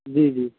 جی جی